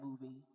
movie